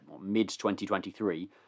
mid-2023